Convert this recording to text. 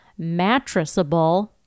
mattressable